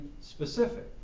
specific